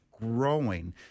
growing